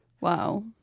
Wow